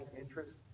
interest